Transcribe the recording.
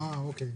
אוקיי.